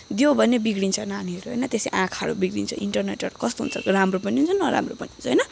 दियो भने बिग्रिन्छ नानीहरू होइन त्यसै आँखाहरू बिग्रिन्छ इन्टरनेटहरू कस्तो हुन्छ राम्रो पनि हुन्छ नराम्रो पनि हुन्छ होइन